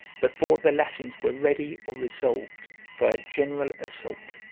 before the latins were ready or resolved for a general assault.